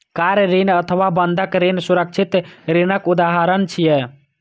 car ऋण अथवा बंधक ऋण सुरक्षित ऋणक उदाहरण छियै